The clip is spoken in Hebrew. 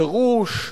דרוש,